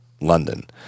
London